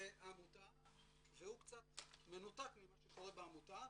העמותה והוא קצת מנותק ממה שקורה בעמותה.